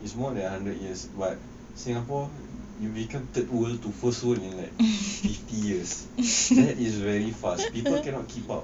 it's more than a hundred years but singapore you become third world to first world in like fifty years that is very fast people cannot keep up